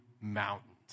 mountains